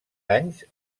anys